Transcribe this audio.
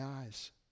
eyes